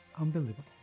unbelievable